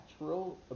natural